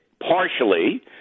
partially